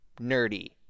nerdy